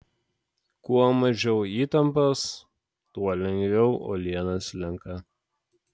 kuo mažiau įtampos tuo lengviau uoliena slenka